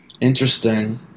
Interesting